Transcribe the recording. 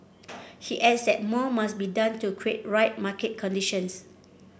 he adds that more must be done to create right market conditions